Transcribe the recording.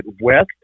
west